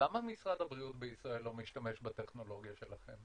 למה משרד הבריאות בישראל לא משתמש בטכנולוגיה שלכם?